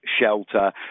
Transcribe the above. shelter